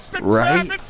Right